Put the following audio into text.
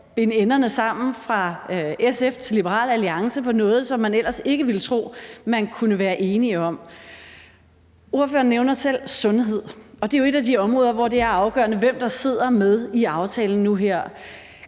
binde enderne sammen fra SF til Liberal Alliance på noget, som man ellers ikke ville tro man kunne være enige om. Ordføreren nævner selv sundhed, og det er jo et af de områder, hvor det er afgørende, hvem der sidder med i aftalen nu her.